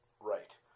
right